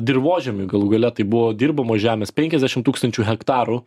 dirvožemiui galų gale tai buvo dirbamos žemės penkiasdešimt tūkstančių hektarų